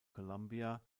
columbia